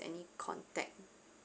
any contact